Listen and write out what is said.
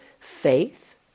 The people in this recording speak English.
faith